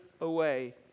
away